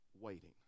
waiting